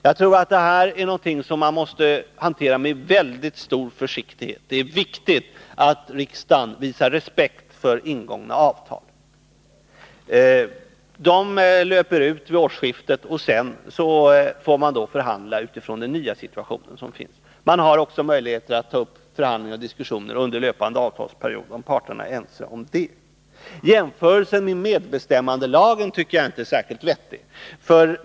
Jag tror att detta är någonting som vi måste hantera med väldigt stor försiktighet. Det är viktigt att riksdagen visar respekt för ingångna avtal. De löper ut vid årsskiftet, och sedan får man förhandla utifrån den nya situationen. Man har också möjlighet att ta upp förhandlingar och diskussioner under löpande avtalsperiod, om parterna är ense om det. Jämförelsen med medbestämmandelagen tycker jag inte är särskilt vettig.